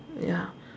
ya